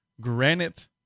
Granite